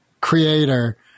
creator